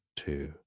two